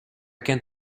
kent